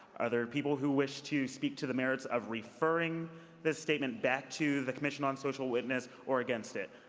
are there people who wish to speak to the merits of referring this statement back to the commission on social witness or against it?